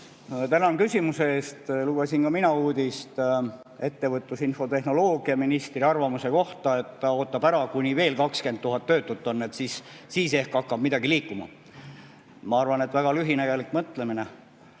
Tänan küsimuse eest! Lugesin ka mina uudist ettevõtlus- ja infotehnoloogiaministri arvamuse kohta, et ta ootab ära, kuni veel 20 000 töötut on, siis ehk hakkab midagi liikuma. Ma arvan, et väga lühinägelik mõtlemine.